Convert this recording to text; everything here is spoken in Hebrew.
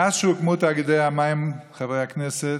מאז שהוקמו תאגידי המים, חברי הכנסת,